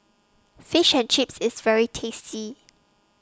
Fish and Chips IS very tasty